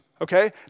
Okay